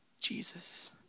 Jesus